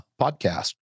podcast